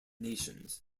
nations